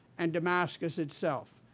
and damascus itself.